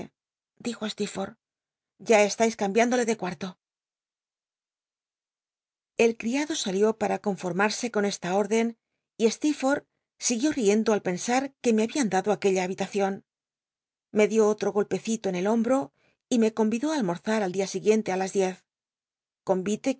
dijo st ya estais cambi índole de cuat'lo el criado salió para conformarse con esta órden y steerforth siguió riendo al pensar que me habían dado at uella habil acion medió oll'o golpecito en el hombro y me comitló ü ahno z u al dia siguiente á las diez coll'ite que